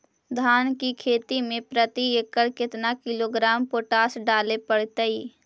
धान की खेती में प्रति एकड़ केतना किलोग्राम पोटास डाले पड़तई?